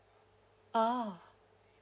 oh